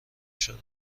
شدم